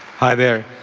hi there.